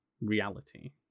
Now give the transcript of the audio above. reality